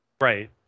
Right